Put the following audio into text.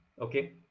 Okay